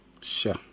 Sure